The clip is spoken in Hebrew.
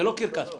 זה לא קרקס פה.